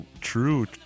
true